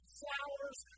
flowers